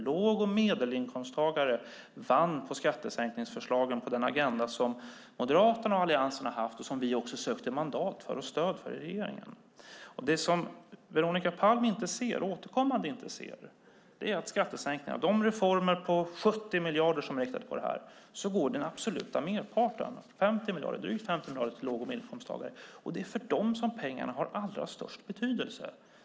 Låg och medelinkomsttagare vann på skattesänkningsförslagen på den agenda som Moderaterna och Alliansen har haft och som vi sökte mandat och stöd för i regeringen. Veronica Palm ser inte att av de reformer på 70 miljarder som vi har lagt på detta går merparten, drygt 50 miljarder, till låg och medelinkomsttagare. Det är för dem som pengarna har allra störst betydelse.